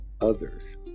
others